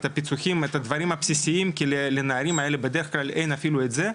הפיצוחים והדברים הבסיסיים כי לנערים האלו בדרך כלל אין אפילו את זה,